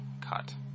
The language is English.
cut